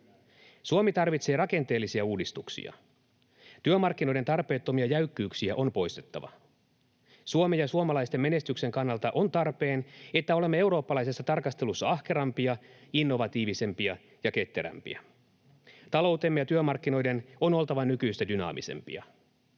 Suomi tarvitsee rakenteellisia uudistuksia. Työmarkkinoiden tarpeettomia jäykkyyksiä on poistettava. Suomen ja suomalaisten menestyksen kannalta on tarpeen, että olemme eurooppalaisessa tarkastelussa ahkerampia, innovatiivisempia ja ketterämpiä. Taloutemme ja työmarkkinoiden on oltava nykyistä dynaamisempia.